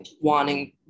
wanting